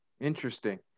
Interesting